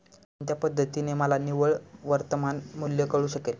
कोणत्या पद्धतीने मला निव्वळ वर्तमान मूल्य कळू शकेल?